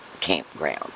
campground